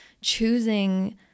choosing